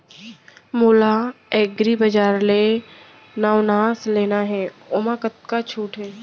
मोला एग्रीबजार ले नवनास लेना हे ओमा कतका छूट हे?